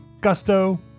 Gusto